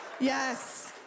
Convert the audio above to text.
Yes